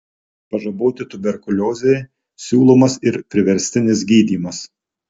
pažaboti tuberkuliozei siūlomas ir priverstinis gydymas